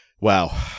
Wow